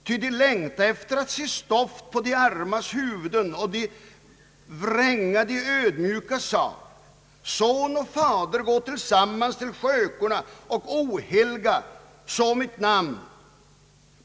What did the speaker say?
Ty de längta efter att se stoft på de armas huvuden, och de vränga de ödmjukas sak. Son och fader gå tillsammans till tärnan och ohelga så mitt heliga namn.